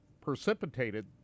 precipitated